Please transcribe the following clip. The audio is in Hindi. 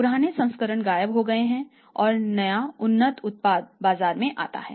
पुराने संस्करण गायब हो जाते हैं और नया उन्नत उत्पाद बाजार में आता है